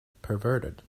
perverted